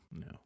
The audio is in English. no